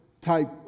type